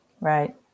Right